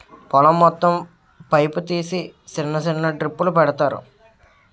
పొలం మొత్తం పైపు తీసి సిన్న సిన్న డ్రిప్పులు పెడతారు